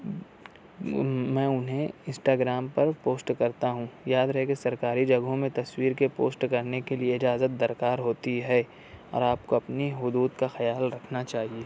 میں انہیں انسٹاگرام پر پوسٹ کرتا ہوں یاد رہے کہ سرکاری جگہوں میں تصویر کے پوسٹ کرنے کے لئے اجازت درکار ہوتی ہے اور آپ کو اپنی حدود کا خیال رکھنا چاہیے